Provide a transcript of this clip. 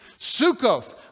Sukkoth